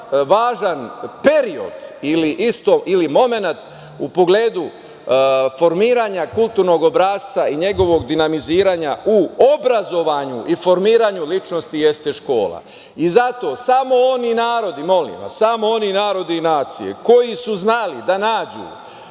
važan period ili momenat u pogledu formiranja kulturnog obrasca i njegovog dinamiziranja u obrazovanju i formiranju ličnosti jeste škola. Zato samo oni narodi i nacije koje su znali da nađu